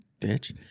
Bitch